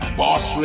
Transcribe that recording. boss